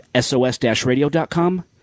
sos-radio.com